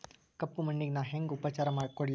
ಕಪ್ಪ ಮಣ್ಣಿಗ ನಾ ಹೆಂಗ್ ಉಪಚಾರ ಕೊಡ್ಲಿ?